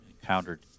encountered